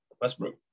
Westbrook